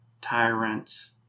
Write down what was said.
Tyrants